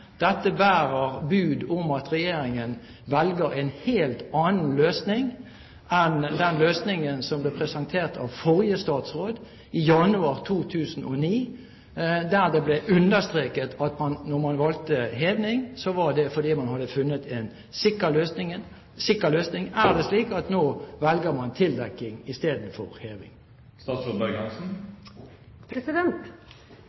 Dette bærer bud om at regjeringen velger en helt annen løsning enn den løsningen som ble presentert av den forrige kyst- og fiskeriministeren i januar 2009, da det ble understreket at man valgte heving fordi man hadde funnet en sikker løsning. Er det slik at man nå velger tildekking istedenfor heving?